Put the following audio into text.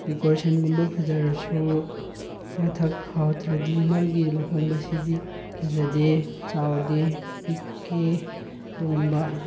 ꯗꯦꯀꯣꯔꯦꯁꯟꯒꯨꯝꯕ ꯐꯖꯔꯁꯨ ꯑꯆꯥ ꯑꯊꯛ ꯍꯥꯎꯇ꯭ꯔꯗꯤ ꯃꯥꯒꯤ ꯂꯨꯍꯣꯡꯕꯁꯤꯗꯤ ꯐꯖꯗꯦ ꯆꯥꯎꯗꯦ ꯄꯤꯛꯏ ꯑꯗꯨꯒꯨꯝꯕ